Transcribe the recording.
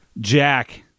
Jack